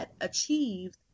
achieved